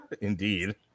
Indeed